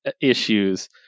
issues